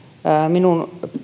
minun